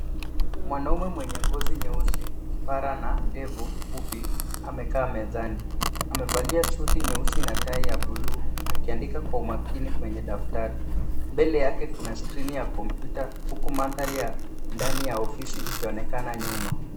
Mwanaume mwenye ngozi nyeusi, kipara na ndevu fupi amekaa mezani. Amevalia suti nyeusi na tai ya buluu, akiandika kwa umakini kwenye daftari. Mbele yake kuna skrini ya kompyuta, huku mandhari ya ndani ya ofisi ikionekana nyuma.